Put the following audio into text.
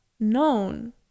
known